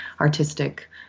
artistic